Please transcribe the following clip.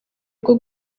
bwo